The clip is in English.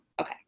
Okay